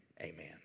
Amen